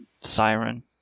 Siren